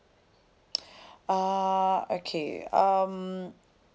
uh okay um